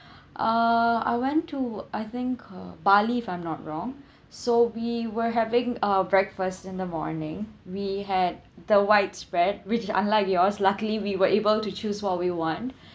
uh I went to I think uh bali if I'm not wrong so we were having a breakfast in the morning we had the widespread which unlike yours luckily we were able to choose what we want